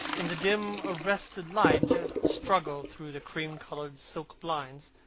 in the dim arrested light that struggled through the cream-coloured silk blinds,